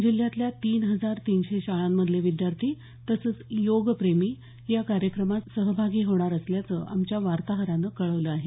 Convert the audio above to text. जिल्ह्यातल्या तीन हजार तीनशे शाळांमधले विद्यार्थी तसंच योगप्रेमी या कार्यक्रमात सहभागी होणार असल्याचं आमच्या वार्ताहरानं कळवलं आहे